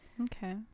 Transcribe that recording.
Okay